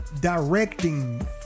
directing